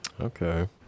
Okay